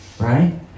Right